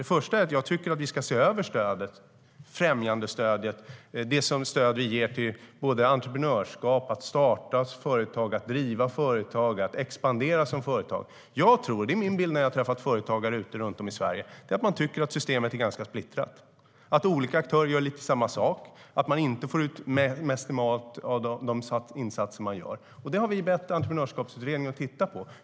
Det första är att jag tycker att vi ska se över främjandestödet, det stöd vi ger till entreprenörskap, till att starta och driva företag, till att expandera företag. Min bild när jag har träffat företagare runt om i Sverige är att man tycker att systemet är ganska splittrat, att olika aktörer gör lite grann samma sak, att man inte får ut maximalt av de insatser som görs. Det har vi bett Entreprenörskapsutredningen att titta på.